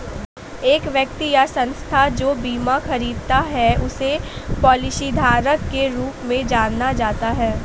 एक व्यक्ति या संस्था जो बीमा खरीदता है उसे पॉलिसीधारक के रूप में जाना जाता है